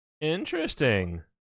Interesting